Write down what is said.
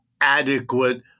adequate